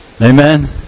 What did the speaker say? Amen